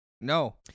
No